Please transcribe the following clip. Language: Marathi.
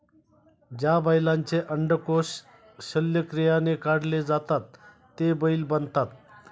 ज्या बैलांचे अंडकोष शल्यक्रियाने काढले जातात ते बैल बनतात